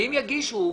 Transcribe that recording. אם יגישו,